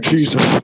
Jesus